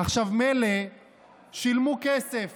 עכשיו, מילא שילמו כסף